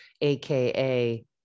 aka